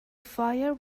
fire